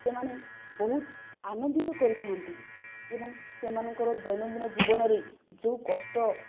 ସେମାନେ ବହୁତ ଆନନ୍ଦିତ କରିଥାନ୍ତି ଏବଂ ସେମାନଙ୍କର ଦୈନନ୍ଦିନ ଜୀବନରେ ଯେଉଁ କଷ୍ଟ